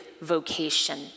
vocation